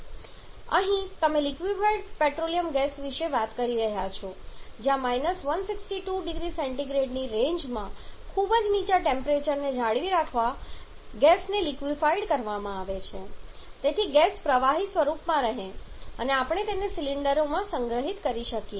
અહીં તમે liquefied petroleum gas વિશે વાત કરી રહ્યા છો જ્યાં −162 0C ની રેન્જમાં ખૂબ જ નીચા ટેમ્પરેચરને જાળવી રાખીને ગેસને લિક્વિફાઇડ કરવામાં આવે છે જેથી ગેસ પ્રવાહી સ્વરૂપમાં રહે અને આપણે તેને સિલિન્ડરોમાં સંગ્રહિત કરી શકીએ